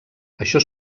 això